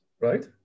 right